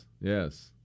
Yes